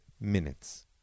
minutes